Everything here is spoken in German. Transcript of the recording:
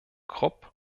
krupp